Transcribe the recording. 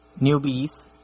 newbies